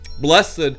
Blessed